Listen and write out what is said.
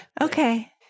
Okay